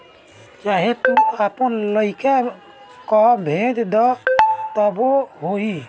चाहे तू आपन लइका कअ भेज दअ तबो ना होई